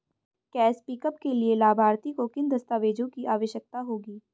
Cash pickup के लिए लाभार्थी को किन दस्तावेजों की आवश्यकता होगी?